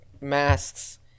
masks